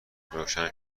روشن